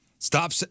Stop